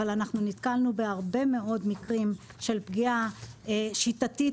אבל אנחנו נתקלנו בהרבה מאוד מקרים של פגיעה שיטתית